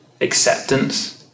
acceptance